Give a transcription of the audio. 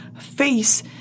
face